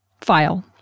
file